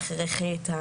ההכרחית,